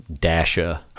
Dasha